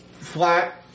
Flat